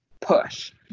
push